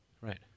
Right